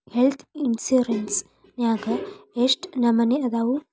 Health insurance ನ್ಯಾಗ್ ಯೆಷ್ಟ್ ನಮನಿ ಅದಾವು?